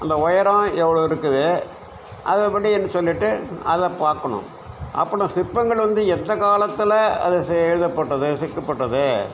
அந்த உயரம் எவ்வளோ இருக்குது அது எப்படினு சொல்லிவிட்டு அதை பார்க்கணும் அப்புறம் சிற்பங்கள் வந்து எந்த காலத்தில் அது எழுதப்பட்டது செதுக்கப்பட்டது